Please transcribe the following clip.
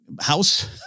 house